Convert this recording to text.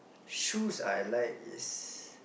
shoes I like is